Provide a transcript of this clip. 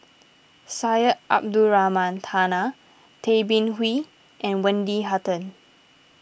Syed Abdulrahman Taha Tay Bin Wee and Wendy Hutton